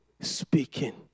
speaking